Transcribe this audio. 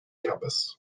campus